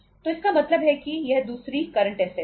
तो इसका मतलब है कि यह दूसरी करंट ऐसेट है